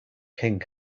king